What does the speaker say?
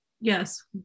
Yes